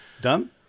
Done